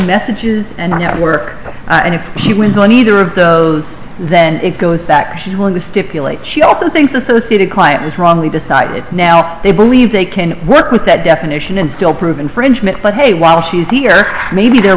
messages and network and if she wins on either of those then it goes back to when we stipulate she also thinks associated client was wrongly decided now they believe they can work with that definition and still prove infringement but hey while she's here maybe they're